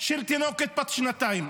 תינוקת בת שנתיים.